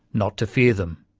not to fear them.